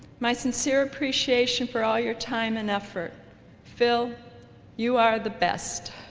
my sincere appreciation for all your time and effort phil you are the best